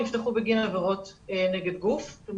נפתחו בגין עבירות אלימות.